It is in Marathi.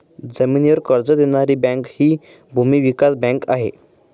जमिनीवर कर्ज देणारी बँक हि भूमी विकास बँक आहे